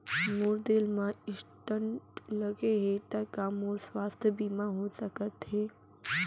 मोर दिल मा स्टन्ट लगे हे ता का मोर स्वास्थ बीमा हो सकत हे?